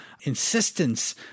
insistence